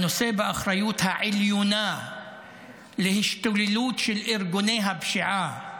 הנושא באחריות העליונה להשתוללות של ארגוני הפשיעה,